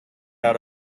out